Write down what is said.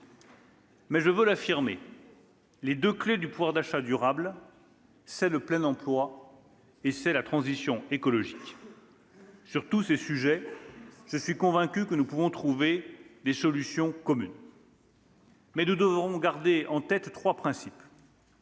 « Je veux l'affirmer : les deux clés du pouvoir d'achat durable, ce sont le plein emploi et la transition écologique. Sur tous ces sujets, je suis convaincue que nous pouvons trouver des solutions communes, mais nous devrons garder en tête trois principes.